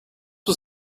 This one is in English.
was